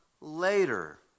later